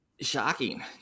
shocking